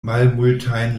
malmultajn